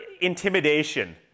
intimidation